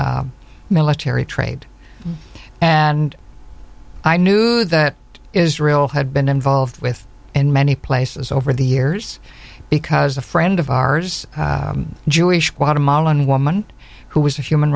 and military trade and i knew that israel had been involved with in many places over the years because a friend of ours jewish guatemalan woman who was a human